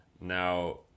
Now